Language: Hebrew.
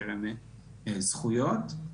קרן זכויות,